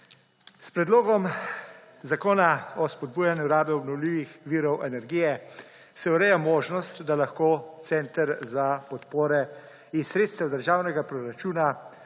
S predlogom Zakona o spodbujanju rabe obnovljivih virov energije se ureja možnost, da lahko center za podpore iz sredstev državnega proračuna